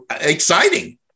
exciting